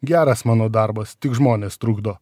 geras mano darbas tik žmonės trukdo